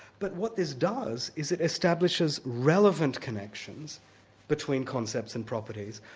but what this does is it establishes relevant connections between concepts and properties,